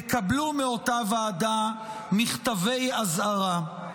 יקבלו מאותה ועדה מכתבי אזהרה.